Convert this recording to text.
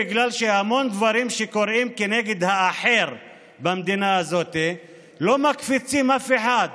בגלל שהמון דברים שקורים נגד האחר במדינה הזאת לא מקפיצים אף אחד,